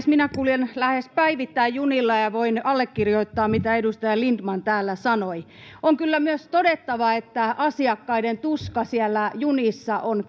minä kuljen lähes päivittäin junilla ja voin allekirjoittaa mitä edustaja lindtman täällä sanoi on kyllä myös todettava että asiakkaiden tuska siellä junissa on